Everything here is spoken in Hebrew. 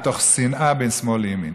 מתוך שנאה בין שמאל לימין.